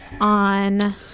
on